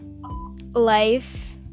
life